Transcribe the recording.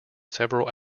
several